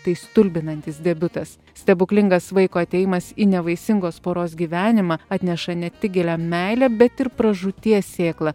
tai stulbinantis debiutas stebuklingas vaiko atėjimas į nevaisingos poros gyvenimą atneša ne tik gilią meilę bet ir pražūties sėkla